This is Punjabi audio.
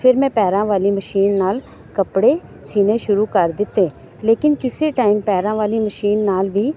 ਫਿਰ ਮੈਂ ਪੈਰਾਂ ਵਾਲੀ ਮਸ਼ੀਨ ਨਾਲ ਕੱਪੜੇ ਸੀਣੇ ਸ਼ੁਰੂ ਕਰ ਦਿੱਤੇ ਲੇਕਿਨ ਕਿਸੇ ਟਾਈਮ ਪੈਰਾਂ ਵਾਲੀ ਮਸ਼ੀਨ ਨਾਲ ਵੀ